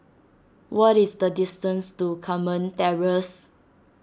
what is the distance to Carmen Terrace